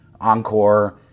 Encore